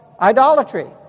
Idolatry